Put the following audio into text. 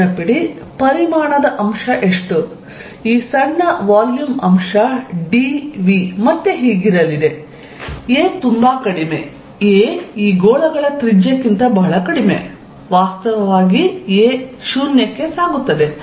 ನೆನಪಿಡಿ ಪರಿಮಾಣದ ಅಂಶ ಎಷ್ಟು ಈ ಸಣ್ಣ ವಾಲ್ಯೂಮ್ ಅಂಶ dV ಮತ್ತೆ ಹೀಗಿರಲಿದೆ a ತುಂಬಾ ಕಡಿಮೆ a ಈ ಗೋಳಗಳ ತ್ರಿಜ್ಯಕ್ಕಿಂತ ಬಹಳ ಕಡಿಮೆ ವಾಸ್ತವವಾಗಿ a 0 ಗೆ ಸಾಗುತ್ತದೆ